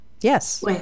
Yes